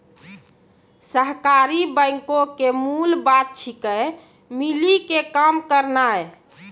सहकारी बैंको के मूल बात छिकै, मिली के काम करनाय